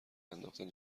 انداختن